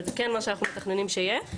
אבל כן מה שאנחנו מתכננים שיהיה.